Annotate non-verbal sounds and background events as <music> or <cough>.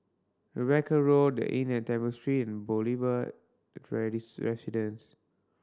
Rebecca Road The Inn at Temple Street and Boulevard <unintelligible> Residence